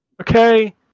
Okay